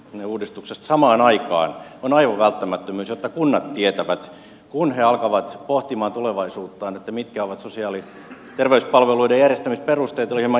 ne kuntarakenneuudistuksesta samaan aikaan on aivan välttämättömyys jotta kunnat tietävät kun he alkavat pohtimaan tulevaisuuttaan mitkä ovat sosiaali ja terveyspalveluiden järjestämisperusteet